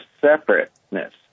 separateness